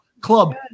Club